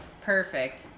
Perfect